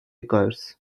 curse